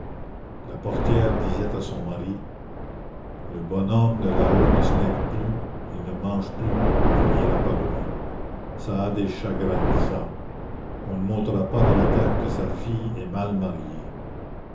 la portière disait à son mari le bonhomme de là-haut ne se lève plus il ne mange plus il n'ira pas loin ça a des chagrins ça on ne m'ôtera pas de la tête que sa fille est mal mariée